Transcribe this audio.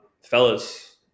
Fellas